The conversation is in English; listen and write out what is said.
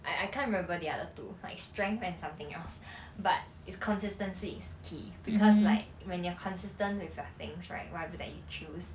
I I can't remember the other two like strength and something else but it's consistency is key because like when you're consistent with your things right whatever that you choose